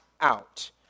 out